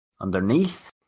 underneath